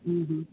हूं हूं